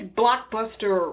blockbuster